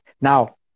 now